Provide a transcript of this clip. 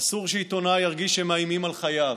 אסור שעיתונאי ירגיש שמאיימים על חייו.